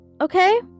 okay